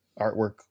artwork